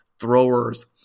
throwers